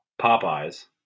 Popeyes